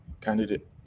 candidate